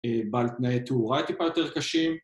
‫בתנאי תאורה טיפה יותר קשים.